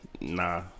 Nah